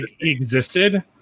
existed